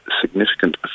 significant